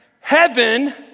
heaven